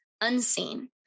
unseen